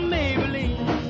Maybelline